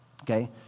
Okay